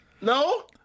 No